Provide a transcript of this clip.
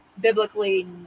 biblically